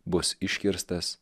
bus iškirstas